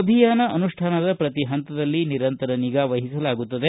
ಅಭಿಯಾನ ಅನುಷ್ಠಾನದ ಪ್ರತಿ ಹಂತದಲ್ಲಿ ನಿರಂತರ ನಿಗಾ ವಹಿಸಲಾಗುತ್ತದೆ